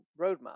roadmap